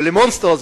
ולמונסטר הזה,